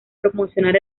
promocionar